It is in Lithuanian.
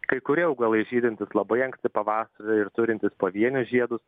kai kurie augalai žydintys labai anksti pavasarį ir turintys pavienius žiedus